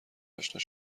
اشنا